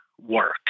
work